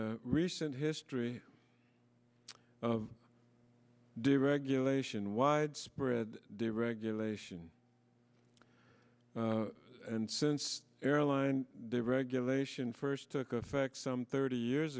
a recent history of deregulation widespread deregulation and since airline deregulation first took effect some thirty years